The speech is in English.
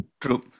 True